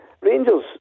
Rangers